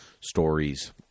stories